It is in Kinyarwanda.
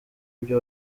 ibyo